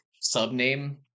sub-name